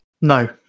No